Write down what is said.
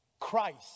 Christ